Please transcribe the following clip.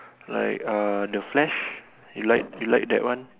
like uh the flash you like you like that one